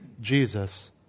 Jesus